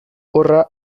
horra